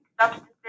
substances